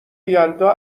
یلدا